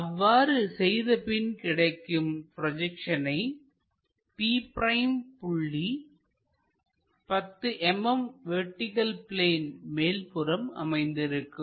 அவ்வாறு செய்த பின் கிடைக்கும் ப்ரொஜெக்ஷன் p' புள்ளி 10 mm வெர்டிகள் பிளேன் மேல்புறம் அமைந்திருக்கும்